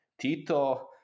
Tito